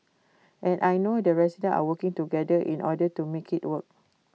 and I know the residents are working together in order to make IT work